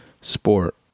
sport